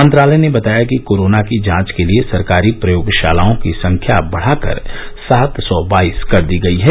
मंत्रालय ने बताया कि कोरोना की जांच के लिए सरकारी प्रयोगशालाओं की संख्या बढ़ाकर सात सौ बाईस कर दी गई है